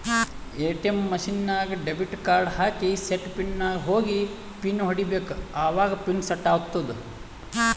ATM machine ನಾಗ್ debit card ಹಾಕಿ set pin ನಾಗ್ ಹೋಗಿ ಪಿನ್ ಹೊಡಿಬೇಕ ಅವಾಗ ಪಿನ್ ಸೆಟ್ ಆತ್ತುದ